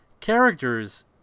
characters